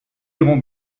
iront